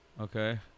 Okay